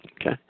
Okay